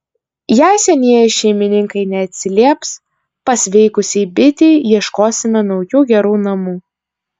jei senieji šeimininkai neatsilieps pasveikusiai bitei ieškosime naujų gerų namų